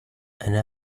أنا